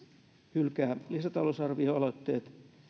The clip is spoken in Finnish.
hylkää lisätalousarvioaloitteet